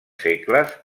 segles